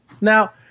Now